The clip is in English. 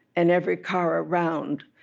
and every car around,